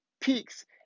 peaks